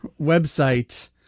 website